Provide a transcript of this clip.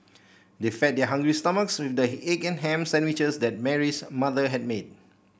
they fed their hungry stomachs with the egg and ham sandwiches that Mary's mother had made